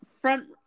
front